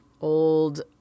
old